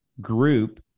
group